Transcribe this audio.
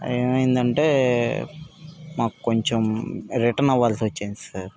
ఏమైంది అంటే మాకు కొంచెం రిటర్న్ అవ్వాల్సి వచ్చింది సార్